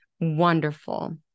wonderful